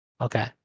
Okay